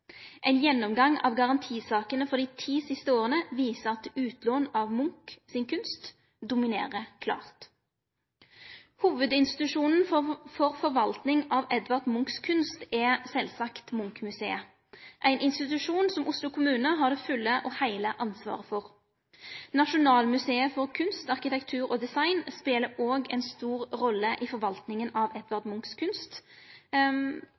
Ein gjennomgang av garantisakene for dei ti siste åra viser at utlån av Munchs kunst dominerer klart. Hovudinstitusjonen for forvaltning av Edvard Munchs kunst er sjølvsagt Munch-museet, ein institusjon som Oslo kommune har det fulle og heile ansvaret for. Nasjonalmuseet for kunst, arktitektur og design spelar òg ei stor rolle i forvaltninga av